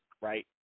right